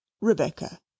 rebecca